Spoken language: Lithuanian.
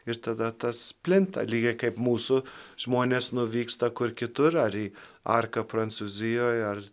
ir tada tas plinta lygiai kaip mūsų žmonės nuvyksta kur kitur ar į arką prancūzijoje ar